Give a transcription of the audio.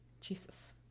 Jesus